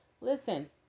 Listen